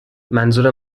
منظور